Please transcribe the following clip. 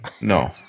no